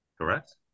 Correct